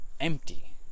empty